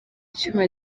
icyuma